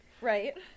Right